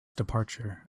departure